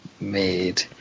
made